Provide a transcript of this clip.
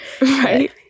Right